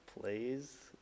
plays